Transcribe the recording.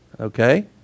okay